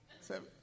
Seven